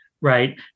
Right